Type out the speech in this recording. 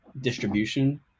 distribution